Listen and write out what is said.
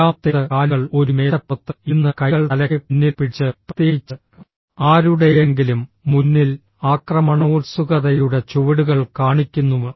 അഞ്ചാമത്തേത് കാലുകൾ ഒരു മേശപ്പുറത്ത് ഇരുന്ന് കൈകൾ തലയ്ക്ക് പിന്നിൽ പിടിച്ച് പ്രത്യേകിച്ച് ആരുടെയെങ്കിലും മുന്നിൽ ആക്രമണോത്സുകതയുടെ ചുവടുകൾ കാണിക്കുന്നു